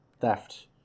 theft